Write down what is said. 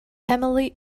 emily